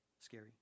Scary